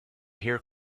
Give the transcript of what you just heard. here